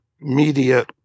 media